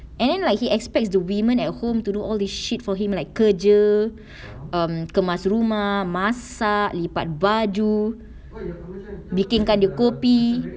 and then like he expects the women at home to do all the shit for him like kerja um kemas rumah masak lipat baju makingkan dia kopi